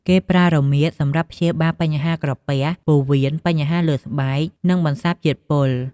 គេប្រើរមៀតសម្រាប់ព្យាបាលបញ្ហាក្រពះ ពោះវៀន បញ្ហាសើស្បែក និងបន្សាបជាតិពុល។